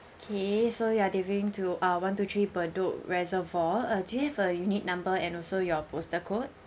K so you are delivering to uh one two three bedok reservoir uh do you have a unit number and also your postal code